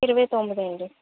ఇరవై తొమ్మిది అండి